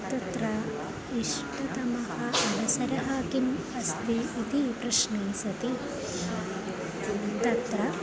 तत्र इष्टतमः अवसरः कः अस्ति इति प्रश्ने सति तत्र